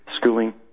schooling